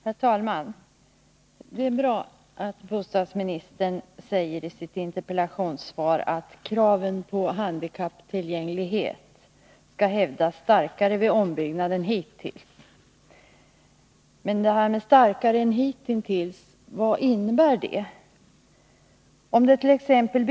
Herr talman! Det är bra att bostadsministern i sitt interpellationssvar säger att kraven på handikapptillgänglighet skall ”hävdas starkare vid ombyggnader än hittills”. Starkare än hittills — vad innebär det? Om dett.ex.